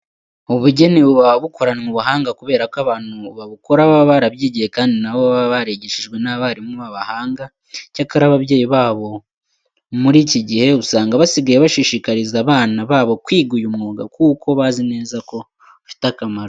Ubugeni buba bukoranwe ubuhanga kubera ko abantu babukora baba barabyigiye kandi na bo baba barigishijwe n'abarimu b'abahanga. Icyakora ababyeyi bo muri iki gihe, usanga basigaye bashishikariza abana babo kwiga uyu mwuga kuko bazi neza ko ufite akamaro.